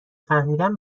فهمیدم